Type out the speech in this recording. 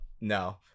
No